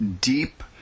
deep